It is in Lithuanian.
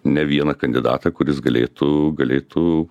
ne vieną kandidatą kuris galėtų galėtų